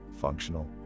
functional